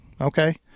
okay